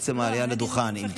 עצם העלייה לדוכן עם תינוק.